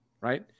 right